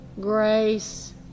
grace